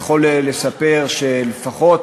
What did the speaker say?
בדיוק, אפשר להאריך את זה ל-2016,